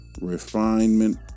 refinement